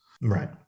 Right